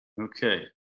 okay